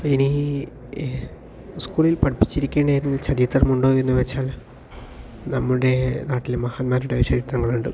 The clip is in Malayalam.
ഇനി സ്കൂളിൽ പഠിപ്പിച്ചിരിക്കേണ്ടിയിരുന്ന ചരിത്രമുണ്ടോ എന്ന് ചോദിച്ചാൽ നമ്മുടെ നാട്ടിലെ മഹാന്മാരുടെ ചരിത്രങ്ങളുണ്ട്